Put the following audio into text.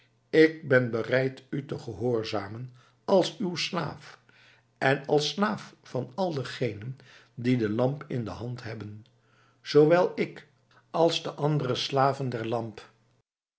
ik ben bereid u te gehoorzamen als uw slaaf en als slaaf van al degenen die de lamp in de hand hebben zoowel ik als de andere slaven der lamp